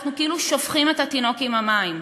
אנחנו כאילו שופכים את התינוק עם המים.